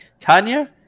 Tanya